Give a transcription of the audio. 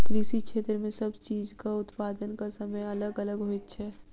कृषि क्षेत्र मे सब चीजक उत्पादनक समय अलग अलग होइत छै